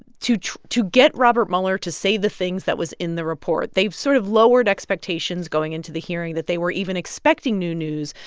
to to get robert mueller to say the things that was in the report. they've sort of lowered expectations going into the hearing that they were even expecting new news,